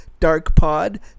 DarkPod